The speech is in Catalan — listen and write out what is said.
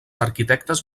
arquitectes